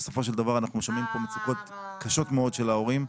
בסופו של דבר אנחנו שומעים פה מצוקות קשות מאוד של ההורים,